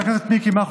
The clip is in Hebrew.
נעלם בתוך הים.